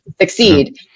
succeed